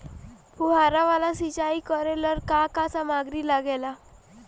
फ़ुहारा वाला सिचाई करे लर का का समाग्री लागे ला?